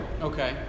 Okay